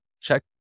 check